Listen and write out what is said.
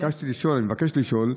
אני מבקש לשאול: